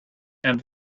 and